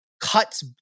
cuts